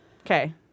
okay